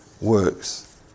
works